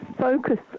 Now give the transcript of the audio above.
focus